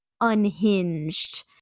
unhinged